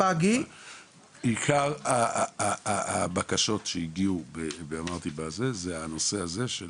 עיקר הבקשות שהגיעו זה הנושא הזה של